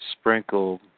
sprinkled